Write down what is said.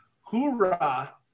hoorah